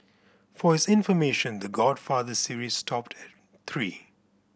for his information The Godfather series stopped at three